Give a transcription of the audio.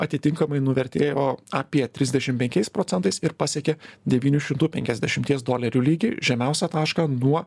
atitinkamai nuvertėjo o apie trisdešim penkiais procentais ir pasiekė devynių šimtų penkiasdešimties dolerių lygį žemiausią tašką nuo